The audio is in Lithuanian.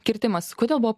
kirtimas kodėl buvo